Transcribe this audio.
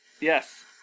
Yes